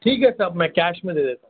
ٹھیک ہے صاحب میں کیش میں دے دیتا ہوں